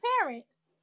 parents